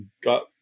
got